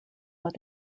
but